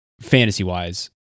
fantasy-wise